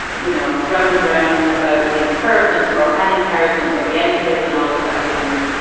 you know round and round about the inheritance or an inheritance or the entail and all of that business.